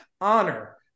honor